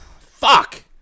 Fuck